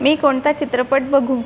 मी कोणता चित्रपट बघू